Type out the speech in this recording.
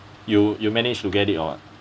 you you manage to get it or what